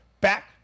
back